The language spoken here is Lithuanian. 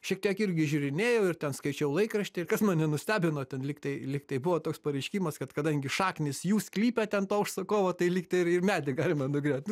šiek tiek irgi žiūrinėjau ir ten skaičiau laikraštį ir kas mane nustebino ten lyg tai lyg tai buvo toks pareiškimas kad kadangi šaknys jų sklype ten to užsakovo tai lyg tai ir ir medį galima nugriaut nu